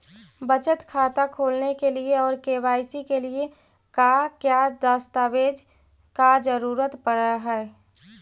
बचत खाता खोलने के लिए और के.वाई.सी के लिए का क्या दस्तावेज़ दस्तावेज़ का जरूरत पड़ हैं?